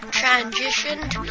transitioned